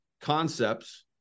concepts